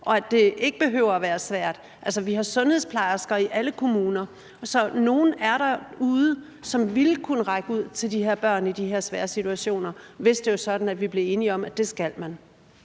og at det ikke behøver være svært. Altså, vi har sundhedsplejersker i alle kommuner, så nogen er der derude, som ville kunne række ud til de her børn i de her svære situationer, hvis det var sådan, at vi blev enige om, at det skal man.